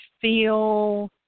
feel